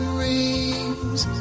rings